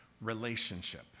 relationship